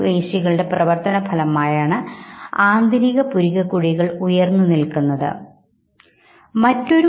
വലതുഭാഗത്ത് നിന്ന് വിവരങ്ങൾ വലത് അർദ്ധഗോളത്തിലേക്ക് പോകുന്നു ഇതിനെ ഇപ്സിലാറ്ററൽ എന്ന് വിളിക്കുന്നു